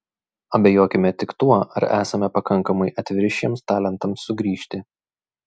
abejokime tik tuo ar esame pakankamai atviri šiems talentams sugrįžti